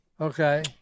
okay